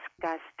disgusting